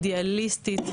אידיאליסטית,